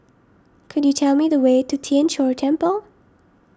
could you tell me the way to Tien Chor Temple